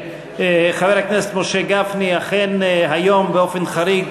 חבר הכנסת משה גפני, אכן, היום באופן חריג